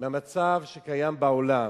מהמצב שקיים בעולם.